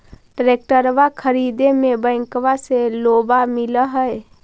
ट्रैक्टरबा खरीदे मे बैंकबा से लोंबा मिल है?